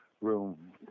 room